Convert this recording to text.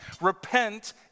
Repent